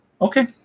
Okay